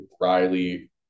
Riley